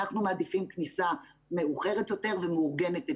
אנחנו מעדיפים כניסה מאוחרת יותר ומאורגנת היטב,